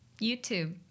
YouTube